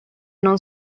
non